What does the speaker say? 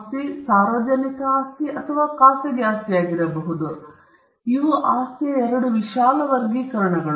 ಆಸ್ತಿ ಸಾರ್ವಜನಿಕ ಆಸ್ತಿ ಅಥವಾ ಖಾಸಗಿ ಆಸ್ತಿಯಾಗಿರಬಹುದು ಇವುಗಳು ಆಸ್ತಿಯ ಎರಡು ವಿಶಾಲ ವರ್ಗೀಕರಣಗಳು